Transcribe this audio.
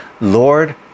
Lord